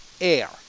air